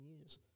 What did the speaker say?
years